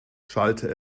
schallte